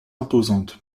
imposante